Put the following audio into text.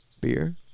Beer